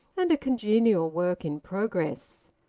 and a congenial work in progress.